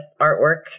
artwork